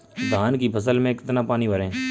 धान की फसल में कितना पानी भरें?